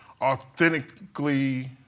authentically